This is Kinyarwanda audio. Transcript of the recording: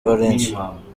valencia